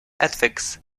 ethics